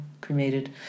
cremated